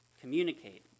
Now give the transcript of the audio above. communicate